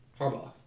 Harbaugh